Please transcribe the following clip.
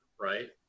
right